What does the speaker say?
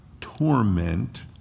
torment